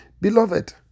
beloved